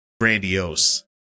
grandiose